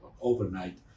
Overnight